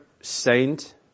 saint